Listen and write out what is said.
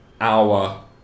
hour